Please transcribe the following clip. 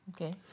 Okay